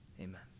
Amen